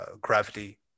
gravity